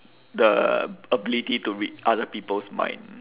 the ability to read other people's mind